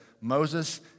Moses